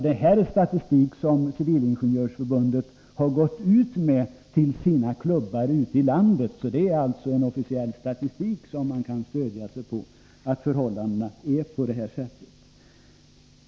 Detta är statistik som Civilingenjörsförbundet har gått ut med till sina klubbar ute i landet. Det är alltså på officiell statistik man kan stödja påståendena att förhållandena är sådana.